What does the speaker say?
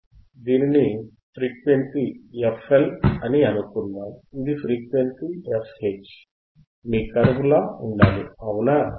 ఇప్పుడు దీనిని frequency fL అని అనుకుందాం ఇది ఫ్రీక్వెన్సీ fH మీ కర్వ్ లా ఉండాలి అవునా